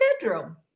bedroom